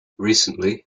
recently